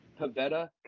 Pavetta